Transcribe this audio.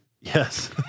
Yes